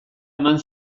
eman